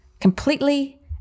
Completely